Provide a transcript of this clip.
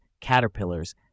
caterpillars